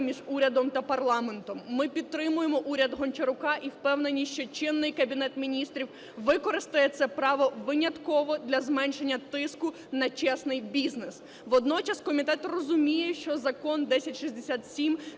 між урядом та парламентом. Ми підтримуємо уряд Гончарука. І впевнені, що чинний Кабінет Міністрів використає це право винятково для зменшення тиску на чесний бізнес. Водночас комітет розуміє, що Закон 1067